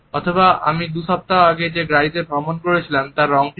অথবা আমি দুসপ্তাহ আগে যে গাড়িতে ভ্রমণ করেছিলাম তার রঙটি কি